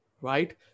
right